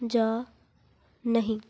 ਜਾਂ ਨਹੀਂ